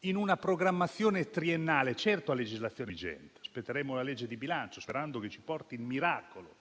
in una programmazione triennale, certo a legislazione vigente; aspetteremo la legge di bilancio, sperando che ci porti il miracolo